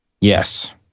Yes